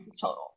total